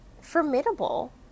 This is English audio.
formidable